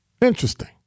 Interesting